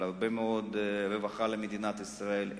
על הרבה מאוד רווחה למדינת ישראל,